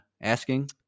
asking